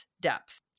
depth